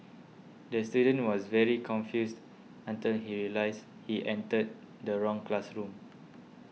the student was very confused until he realised he entered the wrong classroom